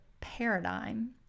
paradigm